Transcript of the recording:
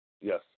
Yes